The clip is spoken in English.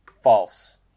False